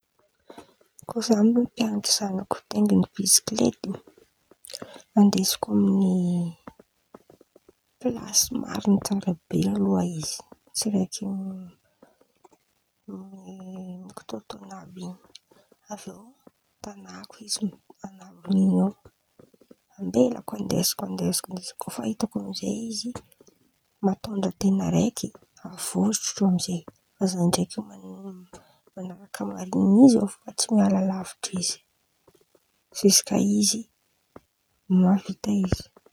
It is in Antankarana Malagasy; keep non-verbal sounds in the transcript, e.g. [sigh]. Kô za mampan̈atra zanako mitaingin̈y biskilety, andesiko [hesitation] plasy marin̈y tsara be aloha izy, tsy raiky [hesitation] mikitoatôn̈a àby in̈y, avy eo tan̈ako izy an̈abon̈any eo ambelako, andesiko andesiko izy kô fa itako amizay izy matôndra ten̈a raiky, avôtrotro amizay, avy eo ndraiky man̈araka marin̈y izy eo fo tsy miala lavitry izy, ziosika izy mavita.